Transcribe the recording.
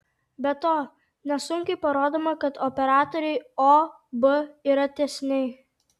be to nesunkiai parodoma kad operatoriai o b yra tiesiniai